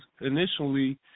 initially